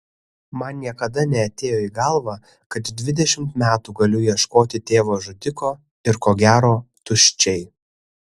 man niekada neatėjo į galvą kad dvidešimt metų galiu ieškoti tėvo žudiko ir ko gero tuščiai